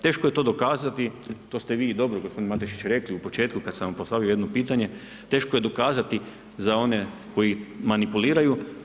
Teško je to dokazati, to ste i vi dobro gospodine Matešić rekli u početku kada sam vam postavio jedno pitanje, teško je dokazati za one koji manipuliraju.